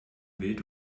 wild